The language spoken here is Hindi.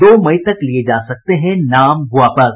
दो मई तक लिये जा सकते हैं नाम वापस